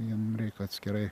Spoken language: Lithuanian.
jiem reik atskirai